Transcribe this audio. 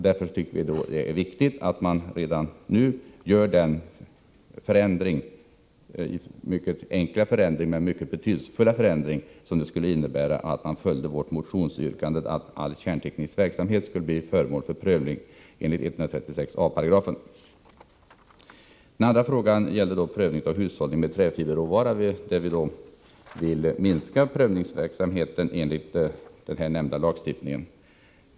Därför tycker vi det är viktigt att redan nu göra den — mycket enkla men betydelsefulla — förändring som det innebär att följa vårt motionsyrkande om att all kärnteknisk verksamhet skall bli föremål för prövning enligt 136 a§ byggnadslagen. Den andra reservationen gäller prövning av hushållning med träfiberråvara, där vi vill minska prövningsverksamheten enligt nämnda lagstiftning.